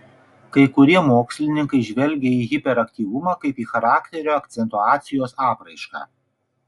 kai kurie mokslininkai žvelgia į hiperaktyvumą kaip į charakterio akcentuacijos apraišką